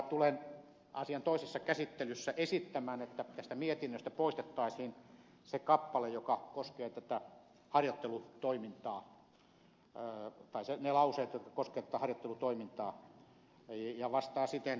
tulen asian toisessa käsittelyssä esittämään että tästä mietinnöstä poistettaisiin se kappale tai ne lauseet jotka koskevat harjoittelutoimintaa ja se vastaa siten opetusministeriön ajamaa linjaa